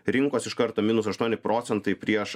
rinkos iš karto minus aštuoni procentai prieš